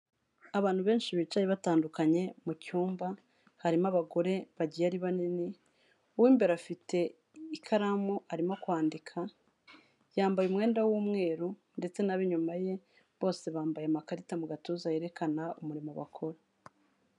Abantu benshi bicaye batandukanye mu cyumba, harimo abagore bagiye ari banini uw’imbere afite ikaramu, arimo kwandika, yambaye umwenda w’umweru ndetse n’ab’inyuma ye bose bambaye amakarita mu gatuza, yerekana umurimo bakora.